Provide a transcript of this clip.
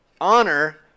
Honor